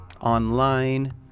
online